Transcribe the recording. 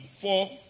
four